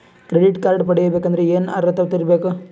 Credit card ಪಡಿಬೇಕಂದರ ಏನ ಅರ್ಹತಿ ಇರಬೇಕು?